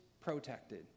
protected